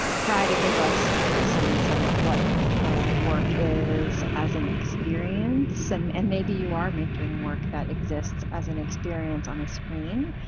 try to give us a sense of what the work is as an experience and and maybe you are making work that exists as an experience on a screen,